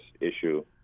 issue